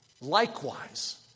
Likewise